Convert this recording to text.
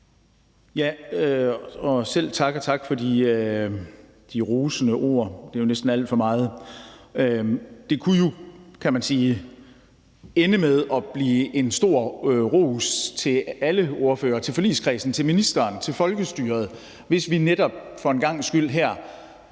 (LA): Selv tak, og tak for de rosende ord. Det er jo næsten alt for meget. Man kan jo sige, at det kunne ende med en stor ros til alle ordførere, til forligskredsen, til ministeren og til folkestyret, hvis vi netop for en gangs skyld her